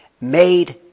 made